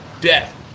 death